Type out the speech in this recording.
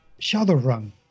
Shadowrun